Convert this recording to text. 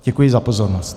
Děkuji za pozornost.